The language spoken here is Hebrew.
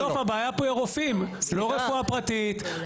בסוף הבעיה פה היא הרופאים, לא רפואה פרטית.